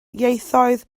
ieithoedd